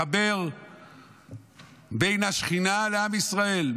מחבר בין השכינה לעם ישראל.